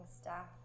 staff